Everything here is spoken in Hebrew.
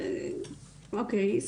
אה, אוקיי.